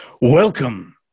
welcome